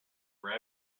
were